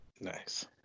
Nice